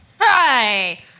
Hi